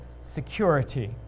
security